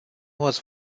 was